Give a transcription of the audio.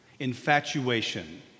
Infatuation